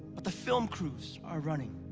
but the film crews are running.